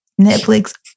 Netflix